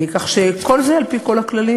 כך שכל זה על-פי כל הכללים.